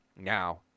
now